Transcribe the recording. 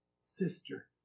sister